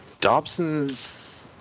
Dobson's